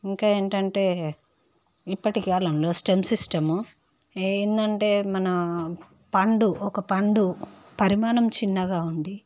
ఇంకా ఏంటంటే ఇప్పటి కాలంలో స్టెమ్ సిస్టము ఏంటంటే మన పండు ఒక పండు పరిమాణం చిన్నగా ఉంది